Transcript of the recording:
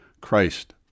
Christ